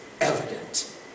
evident